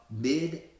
mid